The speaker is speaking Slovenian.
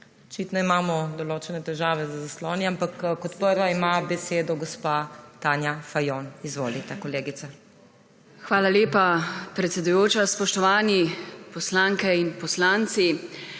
Očitno imamo določene težave z zasloni, ampak kot prva ima besedo gospa Tanja Fajon. Izvolite, kolegica. TANJA FAJON (PS SD): Hvala lepa, predsedujoča. Spoštovani poslanke in poslanci!